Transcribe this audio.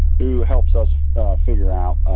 who helps us figure out